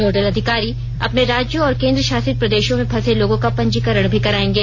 nodal अधिकारी अपने राज्यों और केंद्र शासित प्रदेशों में फंसे लोगों का पंजीकरण भी कराएंगे